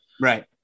Right